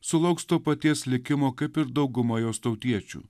sulauks to paties likimo kaip ir dauguma jos tautiečių